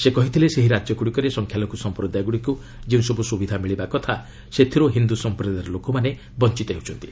ସେ କହିଥିଲେ ସେହି ରାଜ୍ୟଗୁଡ଼ିକରେ ସଂଖ୍ୟାଲଘୁ ସମ୍ପ୍ରଦାୟଗୁଡ଼ିକୁ ଯେଉଁସବୁ ସୁବିଧା ମିଳିବା କଥା ସେଥିରୁ ହିନ୍ଦୁ ସମ୍ପ୍ରଦାୟର ଲୋକମାନେ ବଞ୍ଚିତ ହେଉଛନ୍ତି